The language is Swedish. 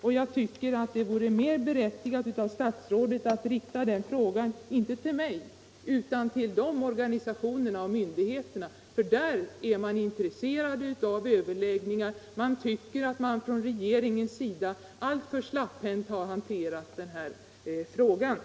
Jag menar därför att det är mer berättigat att statsrådet riktar den frågan inte till mig utan till de organisationerna och de myndigheterna, för där är man intresserad av överläggningar. Man anser att regeringen har hanterat denna fråga alltför slapphänt.